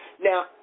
now